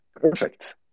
Perfect